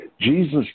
Jesus